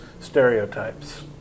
stereotypes